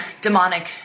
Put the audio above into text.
demonic